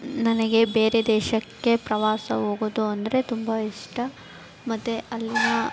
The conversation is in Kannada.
ನನಗೆ ಬೇರೆ ದೇಶಕ್ಕೆ ಪ್ರವಾಸ ಹೋಗೋದು ಅಂದರೆ ತುಂಬ ಇಷ್ಟ ಮತ್ತೆ ಅಲ್ಲಿನ